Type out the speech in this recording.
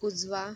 उजवा